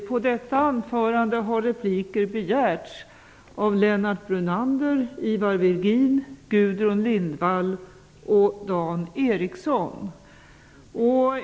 På detta anförande har repliker begärts av Lennart Ericsson.